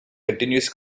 continuous